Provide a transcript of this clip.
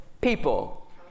people